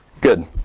Good